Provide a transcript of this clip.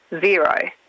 Zero